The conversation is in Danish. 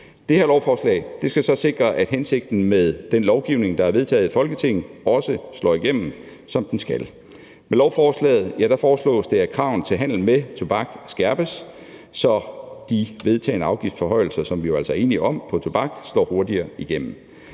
Det her forslag skal så sikre, at hensigten med den lovgivning, der er vedtaget i Folketinget, også slår igennem, som den skal. Med lovforslaget foreslås det, at kravene til handel med tobak skærpes, så de vedtagne afgiftsforhøjelser på tobak, som vi jo altså er enige om, hurtigere slår igennem.